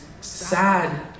sad